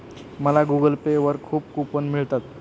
मला Google Pay वर खूप कूपन मिळतात